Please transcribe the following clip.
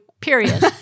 period